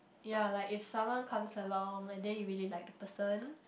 ya like if someone comes along and then you really like the person